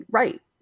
right